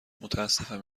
متأسفم